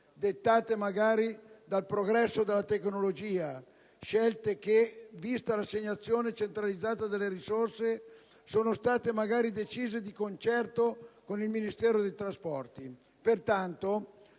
dettate magari dal progresso della tecnologia; scelte che, vista l'assegnazione centralizzata delle risorse, sono state magari decise di concerto con il Ministero delle infrastrutture